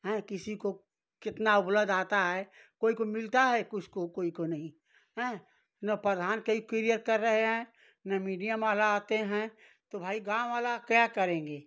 हैं किसी को कितना ब्लड आता है कोई को मिलता है कुछ को कोई को नहीं हैं ना प्रधान कई क्रिया कर रहे हैं न मीडियम वाला आते हैं तो भाई गाँव वाला क्या करेंगे